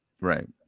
Right